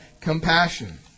Compassion